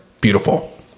beautiful